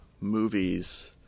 movies